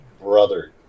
brother